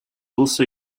also